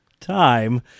Time